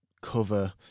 cover